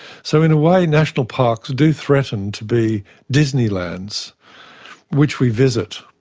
so in a way national parks do threaten to be disneylands which we visit